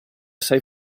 sei